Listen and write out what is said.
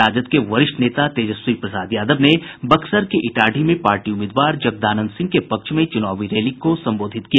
राजद के वरिष्ठ नेता तेजस्वी प्रसाद यादव ने बक्सर के इटाढ़ी में पार्टी उम्मीदवार जगदानंद सिंह के पक्ष में चुनावी रैली को संबोधित किया